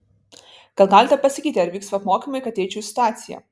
gal galite pasakyti ar vyks apmokymai kad įeičiau į situaciją